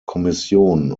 kommission